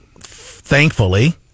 Thankfully